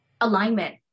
alignment